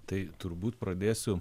tai turbūt pradėsiu